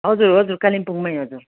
हजुर हजुर कालिम्पोङमै हजुर